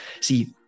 see